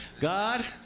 God